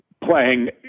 playing